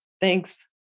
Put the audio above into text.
Thanks